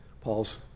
Paul's